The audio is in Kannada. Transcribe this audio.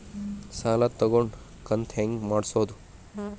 ಸಾಲ ತಗೊಂಡು ಕಂತ ಹೆಂಗ್ ಮಾಡ್ಸೋದು?